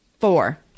four